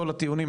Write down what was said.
כל הטיעונים,